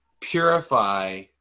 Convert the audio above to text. purify